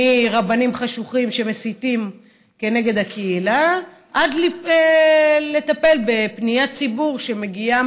מרבנים חשוכים שמסיתים כנגד הקהילה עד טיפול בפניית ציבור שמגיעה